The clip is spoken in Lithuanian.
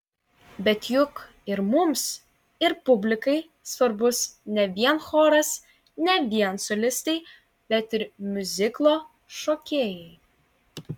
bet juk ir mums ir publikai svarbus ne vien choras ne vien solistai bet ir miuziklo šokėjai